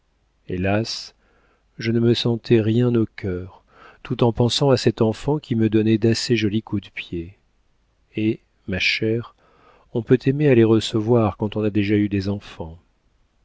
hélas je ne me sentais rien au cœur tout en pensant à cet enfant qui me donnait d'assez jolis coups de pied et ma chère on peut aimer à les recevoir quand on a déjà eu des enfants